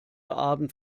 abend